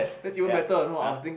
ya [huh]